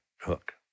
Hook